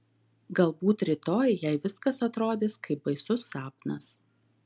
galbūt rytoj jai viskas atrodys kaip baisus sapnas